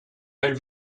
elle